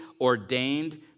ordained